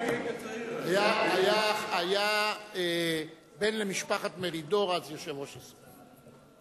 היה בן למשפחת מרידור, אז יושב-ראש הסוכנות.